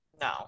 no